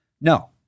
No